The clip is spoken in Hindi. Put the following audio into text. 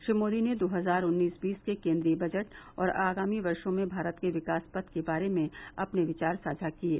श्री मोदी ने दो हजार उन्नीस बीस के केन्द्रीय बजट और आगामी वर्षो में भारत के विकास पथ के बारे में अपने विचार साझा किये